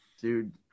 dude